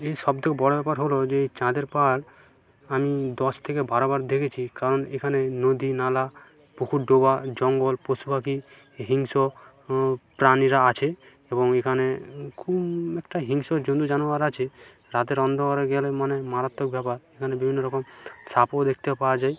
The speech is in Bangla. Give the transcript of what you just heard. এই সব থেকে বড় ব্যাপার হলো যে চাঁদের পাহাড় আমি দশ থেকে বারোবার দেখেছি কারণ এখানে নদী নালা পুকুর ডোবা জঙ্গল পশুপাখি হিংস্র প্রাণীরা আছে এবং এখানে খুব একটা হিংস্র জন্তু জানোয়ার আছে রাতের অন্ধকারে গেলে মানে মারাত্মক ব্যাপার এখানে বিভিন্ন রকম সাপও দেখতে পাওয়া যায়